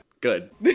good